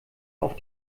auf